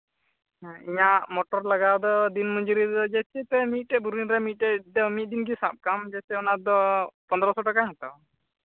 ᱤᱧᱟᱹᱜ ᱢᱚᱴᱚᱨ ᱞᱟᱜᱟᱣ ᱫᱚ ᱫᱤᱱ ᱢᱚᱡᱩᱨᱤ ᱨᱮᱜᱮ ᱡᱮᱭᱥᱮᱛᱮ ᱢᱤᱫᱴᱮᱱ ᱵᱳᱨᱤᱝ ᱨᱮ ᱢᱤᱫᱴᱮᱱ ᱫᱚ ᱢᱤᱫ ᱫᱤᱱᱜᱮ ᱥᱟᱵ ᱠᱟᱜ ᱟᱢ ᱡᱮᱭᱥᱮ ᱚᱱᱟᱫᱚ ᱯᱚᱱᱨᱚᱼᱥᱚ ᱴᱟᱠᱟᱧ ᱦᱟᱛᱟᱣᱟ